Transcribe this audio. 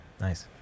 Nice